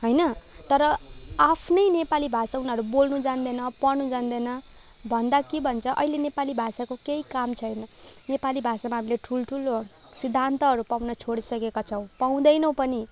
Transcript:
होइन तर आफ्नै नेपाली भाषा उनीहरू बोल्नु जान्दैन पढ्नु जान्दैन भन्दा के भन्छ अहिले नेपाली भाषाको केही काम छैन नेपाली भाषामा हामीले ठुल्ठुलो सिद्धान्तहरू पाउन छोडिसकेका छौँ पाउदैनौँ पनि